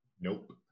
Nope